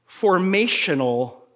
formational